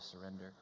surrender